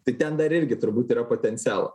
tai ten dar irgi turbūt yra potencialo